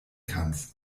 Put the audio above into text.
kannst